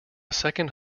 second